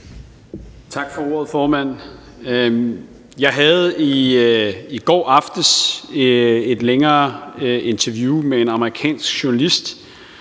Tak for ordet, formand. Jeg havde i går aftes et længere interview med en amerikansk journalist,